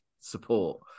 support